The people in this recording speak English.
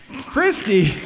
Christy